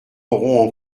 auront